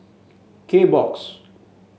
Kbox